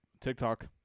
TikTok